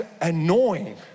annoying